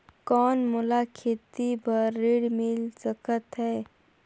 कौन मोला खेती बर ऋण मिल सकत है?